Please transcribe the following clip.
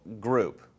group